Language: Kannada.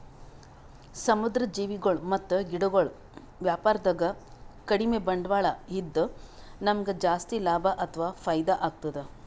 ಸಮುದ್ರ್ ಜೀವಿಗೊಳ್ ಮತ್ತ್ ಗಿಡಗೊಳ್ ವ್ಯಾಪಾರದಾಗ ಕಡಿಮ್ ಬಂಡ್ವಾಳ ಇದ್ದ್ ನಮ್ಗ್ ಜಾಸ್ತಿ ಲಾಭ ಅಥವಾ ಫೈದಾ ಆಗ್ತದ್